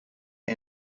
are